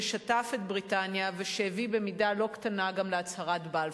ששטף את בריטניה ושהביא במידה לא קטנה גם להצהרת בלפור.